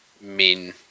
min